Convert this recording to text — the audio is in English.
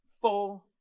four